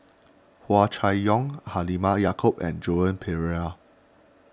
Hua Chai Yong Halimah Yacob and Joan Pereira